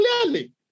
clearly